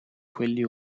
quelli